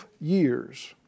years